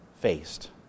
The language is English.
faced